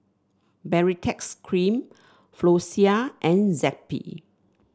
Baritex Cream Floxia and Zappy